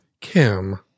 Kim